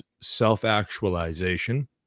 self-actualization